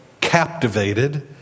captivated